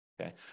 Okay